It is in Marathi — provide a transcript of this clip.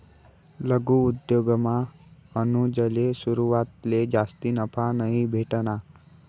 लघु उद्योगमा अनुजले सुरवातले जास्ती नफा नयी भेटना